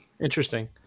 Interesting